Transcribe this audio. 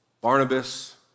Barnabas